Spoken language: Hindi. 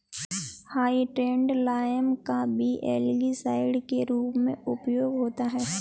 हाइड्रेटेड लाइम का भी एल्गीसाइड के रूप में उपयोग होता है